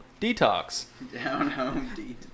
Detox